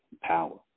power